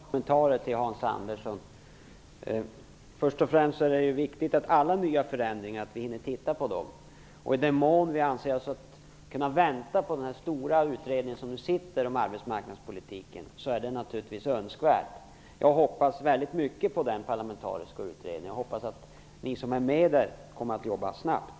Herr talman! Jag har några kommentarer till Hans Andersson. Först och främst är det viktigt att vi hinner se över alla nya förändringar. Jag har mycket stora förväntningar på den parlamentariska utredningen om arbetsmarknadspolitiken. Jag hoppas att ni som ingår i utredningen kommer att jobba snabbt.